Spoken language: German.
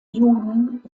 juden